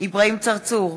אברהים צרצור,